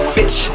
Bitch